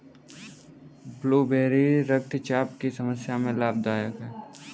blueberry रक्तचाप की समस्या में लाभदायक है